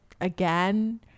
again